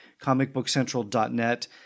comicbookcentral.net